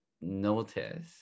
notice